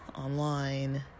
online